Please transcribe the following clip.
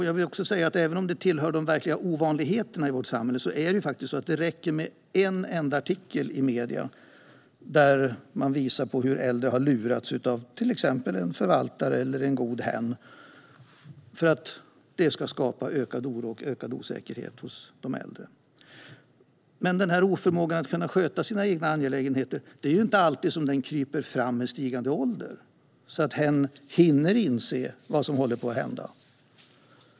Jag vill också säga att det räcker med en enda artikel i medierna där man visar på hur äldre har lurats av till exempel en förvaltare eller en "god hen" för att det ska skapa ökad oro och ökad osäkerhet hos de äldre, även om detta tillhör de verkliga ovanligheterna i vårt samhälle. Men det är inte alltid oförmågan att sköta sina egna angelägenheter kryper fram med stigande ålder, så att man hinner inse vad som håller på att hända.